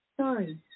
Sorry